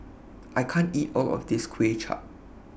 I can't eat All of This Kuay Chap